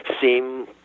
seem